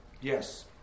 Yes